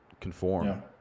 conform